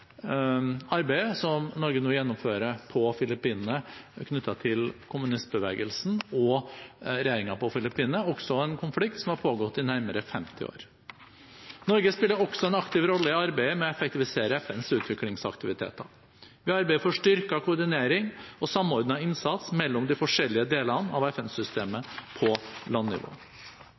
arbeidet som Norge nå gjennomfører på Filippinene knyttet til kommunistbevegelsen og regjeringen på Filippinene – en konflikt som har pågått i nærmere 50 år. Norge spiller også en aktiv rolle i arbeidet med å effektivisere FNs utviklingsaktiviteter. Vi arbeider for styrket koordinering og samordnet innsats mellom de forskjellige delene av FN-systemet på landnivå.